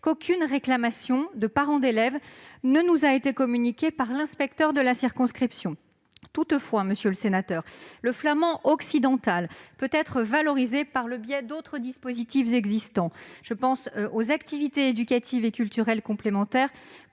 qu'aucune réclamation de parent d'élève ne nous a été communiquée par l'inspecteur de la circonscription. Toutefois, le flamand occidental peut être valorisé par le biais d'autres dispositifs existants. Je pense notamment aux activités éducatives et culturelles complémentaires